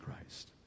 Christ